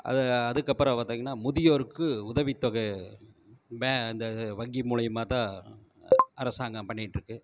அதை அதுக்கப்புறம் பார்த்தீங்கன்னா முதியோருக்கு உதவித்தொகை பே அந்த வங்கி மூலயமாதான் அரசாங்கம் பண்ணிகிட்டு இருக்குது